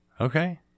okay